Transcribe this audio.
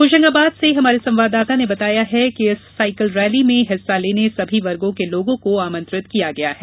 होशंगाबाद से हमारे संवाददाता ने बताया है कि इस सायकल रैली में हिस्सा लेने सभी वर्गों के लोगों को आमंत्रित किया गया है